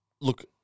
Look